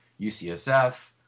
UCSF